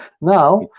Now